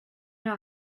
know